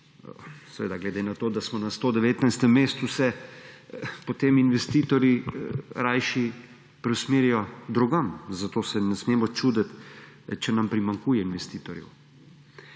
Seveda glede na to, da smo na 119. mestu, se potem investitorji rajši preusmerijo drugam, zato se ne smemo čuditi, če nam primanjkuje investitorjev.